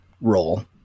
role